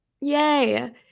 Yay